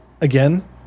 again